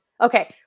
okay